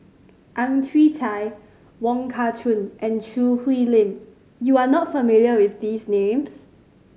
Ang Chwee Chai Wong Kah Chun and Choo Hwee Lim you are not familiar with these names